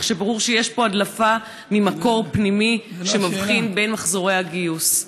כך שברור שיש פה הדלפה ממקור פנימי שמבחין בין מחזורי הגיוס.